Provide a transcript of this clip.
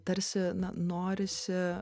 tarsi na norisi